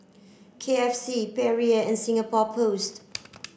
K F C Perrier and Singapore Post